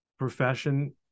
profession